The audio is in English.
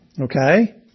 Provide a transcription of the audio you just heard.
Okay